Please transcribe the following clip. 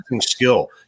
skill